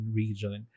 region